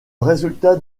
résultat